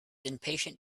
impatient